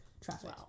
traffic